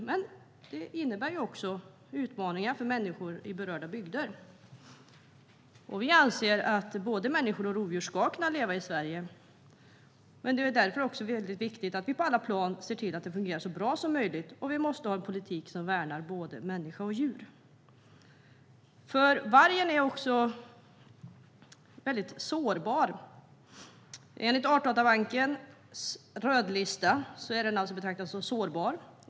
Men det innebär också utmaningar för människor i berörda bygder. Vi anser att både människor och rovdjur ska kunna leva i Sverige. Därför är det väldigt viktigt att vi på alla plan ser till att det fungerar så bra som möjligt, och vi måste ha en politik som värnar både människa och djur. Vargen är väldigt sårbar. Enligt Artdatabankens rödlista är den betraktad som sårbar.